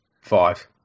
Five